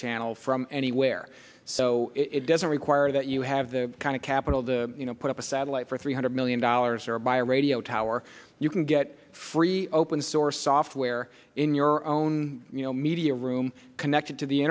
channel from anywhere so it doesn't require that you have the kind of capital the you know put up a satellite for three hundred million dollars or buy a radio tower you can get free open source software in your own you know media room connected to the